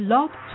Love